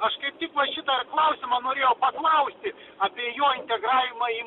aš kaip tik va šitą ir klausimą norėjau paklausti apie jo integravimą į